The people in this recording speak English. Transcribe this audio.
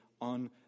on